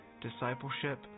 discipleship